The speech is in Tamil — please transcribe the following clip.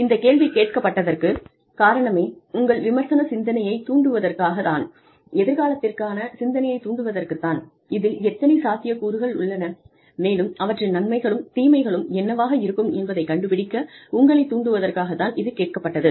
இந்த கேள்வி கேட்கப்பட்டதற்கு காரணமே உங்கள் விமர்சன சிந்தனையைத் தூண்டுவதற்குத் தான் எதிர்காலத்திற்கான சிந்தனையைத் தூண்டுவதற்கு தான் இதில் எத்தனை சாத்தியக்கூறுகள் உள்ளன மேலும் அவற்றின் நன்மைகளும் தீமைகளும் என்னவாக இருக்கும் என்பதைக் கண்டுபிடிக்க உங்களைத் தூண்டுவதற்காக தான் இது கேட்கப்பட்டது